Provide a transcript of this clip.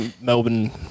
Melbourne